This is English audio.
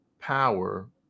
power